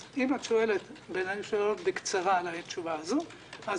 אז אם את שואלת שאלות על התשובה הזאת אז